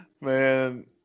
Man